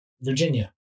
Virginia